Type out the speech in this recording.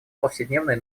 повседневной